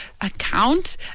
account